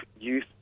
youth